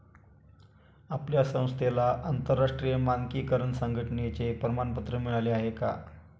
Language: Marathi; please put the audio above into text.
आपल्या संस्थेला आंतरराष्ट्रीय मानकीकरण संघटने चे प्रमाणपत्र मिळाले आहे का?